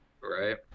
right